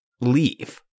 leave